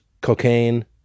cocaine